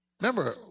Remember